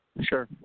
Sure